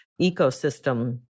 ecosystem